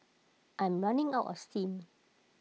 I'm running out of steam